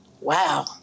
Wow